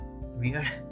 weird